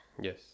yes